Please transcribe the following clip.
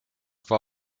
war